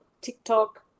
TikTok